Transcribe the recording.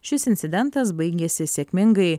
šis incidentas baigėsi sėkmingai